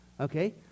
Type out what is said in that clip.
okay